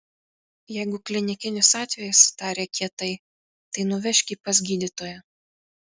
jeigu klinikinis atvejis tarė kietai tai nuvežk jį pas gydytoją